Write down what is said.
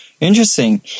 Interesting